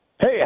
Hey